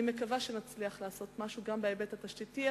אני מקווה שנצליח לעשות משהו גם בהיבט התשתיתי,